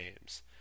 names